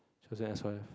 she was in S_Y_F